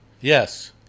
Yes